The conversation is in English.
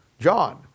John